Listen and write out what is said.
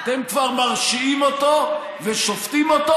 אתם כבר מרשיעים אותו ושופטים אותו,